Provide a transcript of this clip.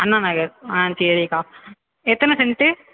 அண்ணா நகர் ஆ சரிக்கா எத்தனை செண்ட்டு